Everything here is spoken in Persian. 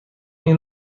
این